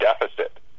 Deficit